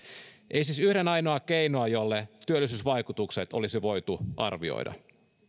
ei siis yhden ainoaa keinoa jolle työllisyysvaikutukset olisi voitu arvioida